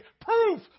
proof